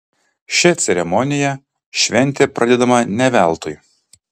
šia ceremonija šventė pradedama ne veltui